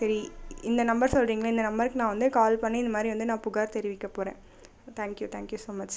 சரி இந்த நம்பர் சொல்லறீங்களே இந்த நம்பர்க்கு நான் வந்து கால் பண்ணி இது மாதிரி வந்து நான் புகார் தெரிவிக்க போகிறேன் தேங்க்யூ தேங்க்யூ ஸோ மச்